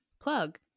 plug